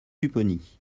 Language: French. pupponi